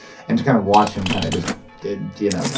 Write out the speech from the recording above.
and to kind of watch him kind of just did, you know,